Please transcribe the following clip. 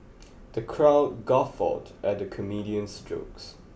the crowd guffawed at the comedian's jokes